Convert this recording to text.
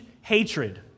hatred